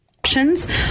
Options